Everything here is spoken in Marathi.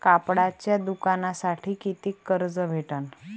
कापडाच्या दुकानासाठी कितीक कर्ज भेटन?